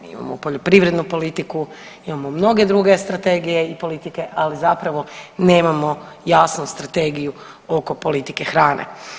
Mi imamo poljoprivrednu politiku, imamo mnoge druge strategije i politike ali zapravo nemamo jasnu strategiju oko politike hrane.